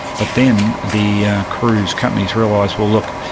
but then the cruise companies realised, well look,